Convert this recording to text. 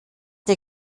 der